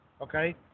Okay